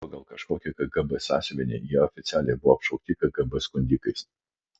pagal kažkokį kgb sąsiuvinį jie oficialiai buvo apšaukti kgb skundikais